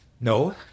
No